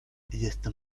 jestem